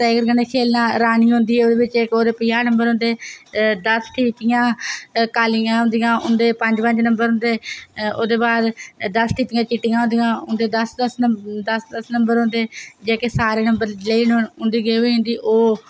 tiger कन्नै खेल्लना प्ही रानी होंदी ओह्दे बिच ते प्ही ओह्दे पंजाहं नंबर होंदे दस्स ठीपियां कालियां होंदियां उंदे पंज पंज नंबर होंदे ते ओह्दे बाद दस्स ठीपियां चिट्टियां होंदियां ओह्दे उंदे दस्स दस्स नंबर होंदे जेह्के सारे नंबर लेई लैन उंदी गेम होई जंदी ओह्